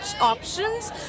options